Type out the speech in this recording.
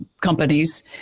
companies